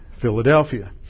Philadelphia